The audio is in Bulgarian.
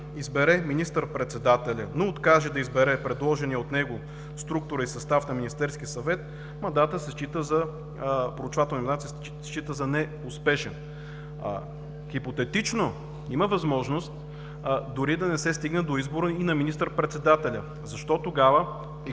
мандат се счита за неуспешен. Хипотетично има възможност дори да не се стигне до избора и на министър-председателя. Защо тогава,